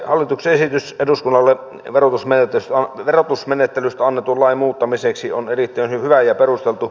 hallituksen esitys eduskunnalle verotusmenettelystä annetun lain muuttamiseksi on erittäin hyvä ja perusteltu